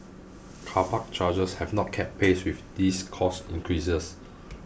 car park charges have not kept pace with these cost increases